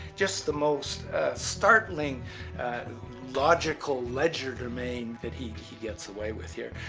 just the most startling logical legerdemain that he he gets away with here.